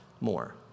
more